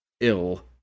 ill